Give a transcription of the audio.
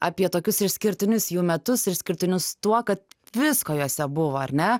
apie tokius išskirtinius jų metus ir išskirtinius tuo kad visko juose buvo ar ne